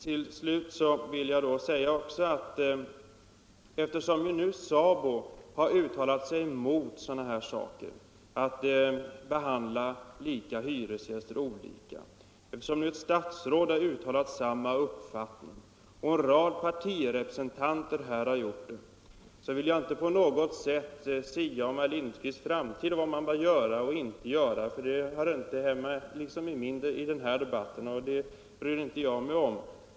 ; Till slut: Eftersom SABO uttalar sig mot att man behandlar lika hyresgäster olika och eftersom nu ett statsråd och en rad partirepresentanter har uttalat samma uppfattning vill jag inte på något sätt sia om herr Lindkvists framtid, om vad han bör göra och inte göra. Det hör inte hemma i den här debatten, och det bryr inte jag mig om.